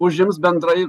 užims bendrai